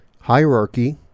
Hierarchy